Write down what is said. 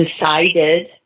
decided